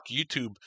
YouTube